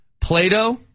Plato